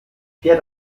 fährt